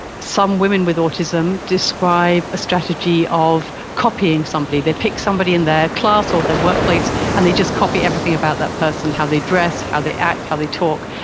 some women with autism describe a strategy of copying somebody. they pick somebody in their class or their workplace and they just copy everything about that person, how they dress, how they act, how they talk,